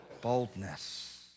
Boldness